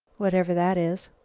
whatever that is.